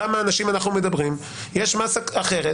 כמה אנשים אנחנו מדברים יש מסה אחרת,